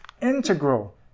integral